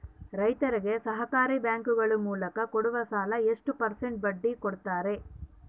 ರೈತರಿಗೆ ಸಹಕಾರಿ ಬ್ಯಾಂಕುಗಳ ಮೂಲಕ ಕೊಡುವ ಸಾಲ ಎಷ್ಟು ಪರ್ಸೆಂಟ್ ಬಡ್ಡಿ ಕೊಡುತ್ತಾರೆ?